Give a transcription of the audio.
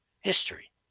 history